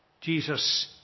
Jesus